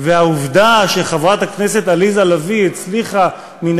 והעובדה שחברת הכנסת עליזה לביא הצליחה מן